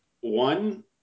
one